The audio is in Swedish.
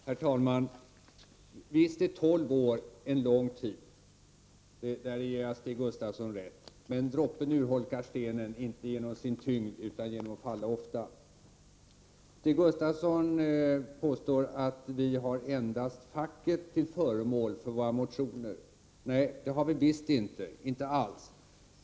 Herr talman! Visst är tolv år en lång tid. På den punkten ger jag Stig Gustafsson rätt. Men droppen urholkar stenen inte genom sin tyngd utan genom att falla ofta. Stig Gustafsson påstår att vi endast har facket till föremål för våra motioner. Det har vi visst inte, inte alls.